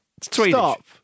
Stop